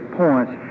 points